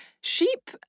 sheep